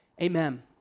Amen